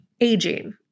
aging